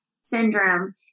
syndrome